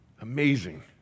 Amazing